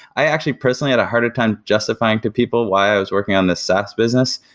i actually personally had a harder time justifying to people why i was working on the saas business,